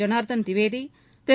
Janardan Dwivedi Thiru